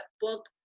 book